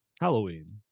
halloween